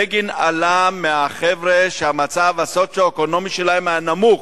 בגין עלה מהחבר'ה שהמצב הסוציו-אקונומי שלהם היה נמוך.